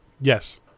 Yes